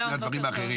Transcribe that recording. שלום, בוקר טוב.